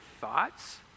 thoughts